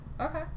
okay